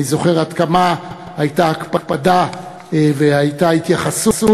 אני זוכר עד כמה הייתה הקפדה והייתה התייחסות.